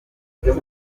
cyaba